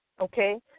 Okay